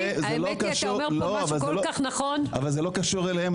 האמת היא אתה אומר פה משהו כל כך נכון --- אבל זה לא קשור אליהם,